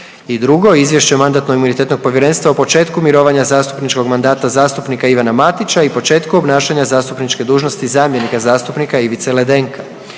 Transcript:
I drugo izvješće Mandatno-imunitetnog povjerenstva o početku mirovanja zastupničkog mandata zastupnika Ivana Matića i početku obnašanja zastupničke dužnosti zamjenika zastupnika Ivice Ledenka.